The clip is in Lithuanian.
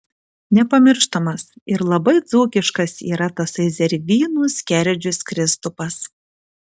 nepamirštamas ir labai dzūkiškas yra tasai zervynų skerdžius kristupas